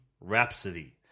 Rhapsody